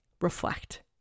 reflect